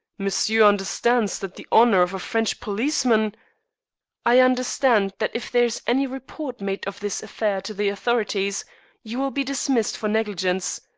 monsieur understands that the honor of a french policeman i understand that if there is any report made of this affair to the authorities you will be dismissed for negligence.